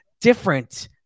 different